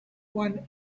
want